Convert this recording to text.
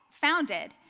founded